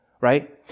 right